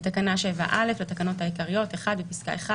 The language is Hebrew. תיקון תקנה 7 בתקנה 7(א) לתקנות העיקריות בפסקה (1),